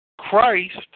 Christ